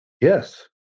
yes